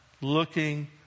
looking